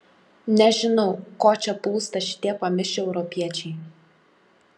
nežinau ko čia plūsta šitie pamišę europiečiai